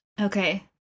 Okay